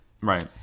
right